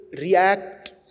react